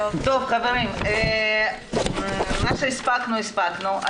מה שהספקנו הספקנו.